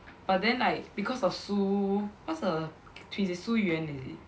but then like because of Su~ what's the she's with Su Yuan is it